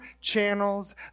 channels